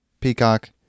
Peacock